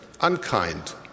unkind